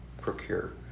procure